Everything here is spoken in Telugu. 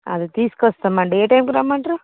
అదే తీసుకోస్తామండి ఏ టైమ్కి రమ్మంటారు